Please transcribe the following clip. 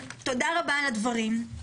תודה רבה על הדברים.